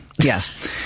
Yes